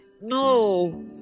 No